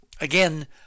Again